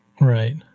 Right